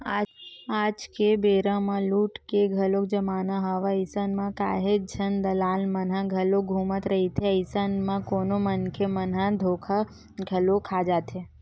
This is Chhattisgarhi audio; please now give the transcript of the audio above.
आज के बेरा म लूट के घलोक जमाना हवय अइसन म काहेच झन दलाल मन ह घलोक घूमत रहिथे, अइसन म कोनो मनखे मन ह धोखा घलो खा जाथे